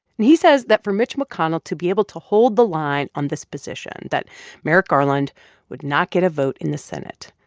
and he says that for mitch mcconnell to be able to hold the line on this position that merrick garland would not get a vote in the senate,